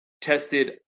tested